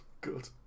Good